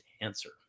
answer